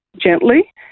gently